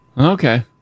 Okay